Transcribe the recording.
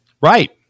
right